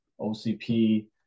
OCP